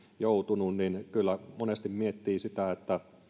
joutunut kyllä monesti miettii sitä